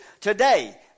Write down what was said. Today